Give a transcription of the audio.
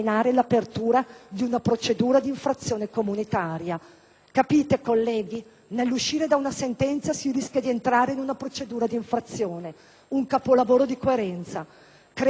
Capite, colleghi? Nell'uscire da una sentenza si rischia di entrare in una procedura di infrazione. Un capolavoro di coerenza. Credo che il Governo debba fornire chiarimenti precisi su questo aspetto.